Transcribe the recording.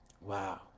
Wow